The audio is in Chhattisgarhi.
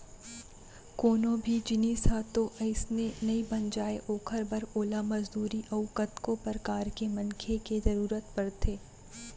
कोनो भी जिनिस ह तो अइसने नइ बन जाय ओखर बर ओला मजदूरी अउ कतको परकार के मनखे के जरुरत परथे